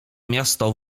miasto